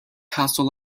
castle